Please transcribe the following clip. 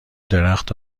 درخت